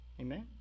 Amen